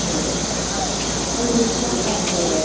hello hello hills park ഹോട്ടലല്ലേ